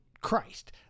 Christ